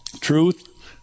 Truth